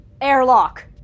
Airlock